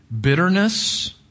Bitterness